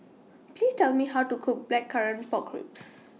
Please Tell Me How to Cook Blackcurrant Pork Ribs